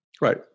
Right